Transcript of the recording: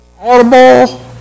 audible